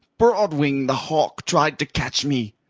broadwing the hawk tried to catch me,